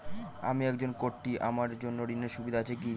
আমি একজন কট্টি আমার জন্য ঋণের সুবিধা আছে কি?